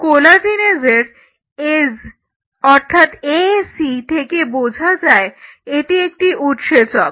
কোলাজিনেসের ase থেকে বোঝা যায় এটি একটি উৎসেচক